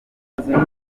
mvuga